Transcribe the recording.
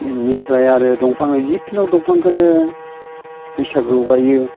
बेनिफ्राय आरो दंफाङा जिखुनु दंफांखौनो बैसागोआव गायो